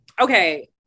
Okay